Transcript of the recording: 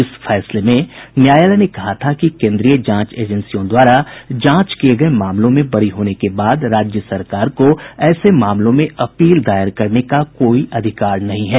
इस फैसले में न्यायालय ने कहा था कि केन्द्रीय जांच एजेंसियों द्वारा जांच किये गये मामलों में बरी होने के बाद राज्य सरकार को ऐसे मामलों में अपील दायर करने का कोई अधिकार नहीं है